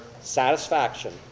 satisfaction